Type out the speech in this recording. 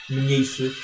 mniejszy